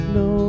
no